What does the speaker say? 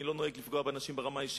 אני לא נוהג לפגוע באנשים ברמה האישית,